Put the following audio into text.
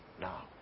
Now